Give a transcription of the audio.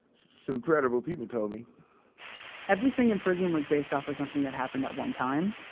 some credible people told me everything in prison was based off of something that happened at one time.